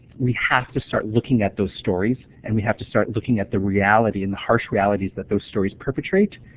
we have to start looking at those stories and we have to start looking at the reality and the harsh realities that those stories perpetrate.